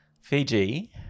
Fiji